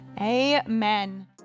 Amen